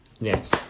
Yes